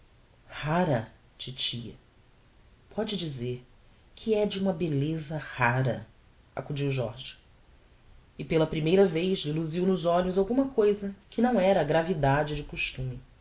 rara titia póde dizer que é de uma belleza rara acudiu jorge e pela primeira vez lhe luziu nos olhos alguma cousa que não era a gravidade de costume